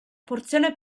porzione